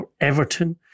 Everton